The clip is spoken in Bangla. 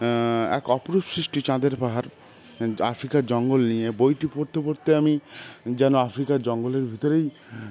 এক অপরূপ সৃষ্টি চাঁদের পাহাড় আফ্রিকার জঙ্গল নিয়ে বইটি পড়তে পড়তে আমি যেন আফ্রিকার জঙ্গলের ভিতরেই